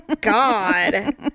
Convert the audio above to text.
god